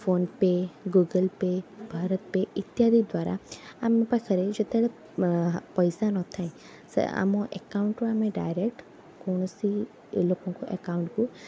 phone pay Google Pay BharatPe ଇତ୍ୟାଦି ଦ୍ୱାରା ଆମ ପାଖରେ ଯେତେବେଳେ ପଇସା ନଥାଏ ସେ ଆମ ଆକାଉଣ୍ଟରୁ ଆମେ ଡାଇରେକ୍ଟ କୌଣସି ଲୋକଙ୍କ ଆକାଉଣ୍ଟକୁ